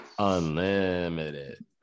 unlimited